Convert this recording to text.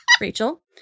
Rachel